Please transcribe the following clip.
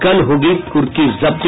कल होगी कुर्की जब्ती